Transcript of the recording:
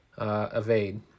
evade